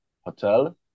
Hotel